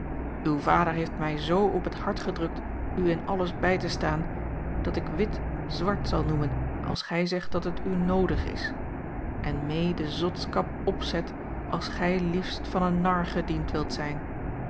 uw vader heeft mij z op het hart gedrukt u in alles bij te staan dat ik wit zwart zal noemen als gij zegt dat het u noodig is en mee den zotskap opzet als gij liefst van een nar gediend wilt zijn